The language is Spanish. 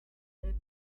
vez